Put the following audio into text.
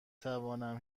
توانم